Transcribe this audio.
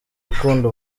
ukunda